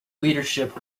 leadership